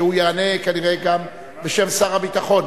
שיענה כנראה גם בשם שר הביטחון.